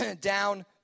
down